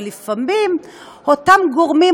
ולפעמים אותם גורמים,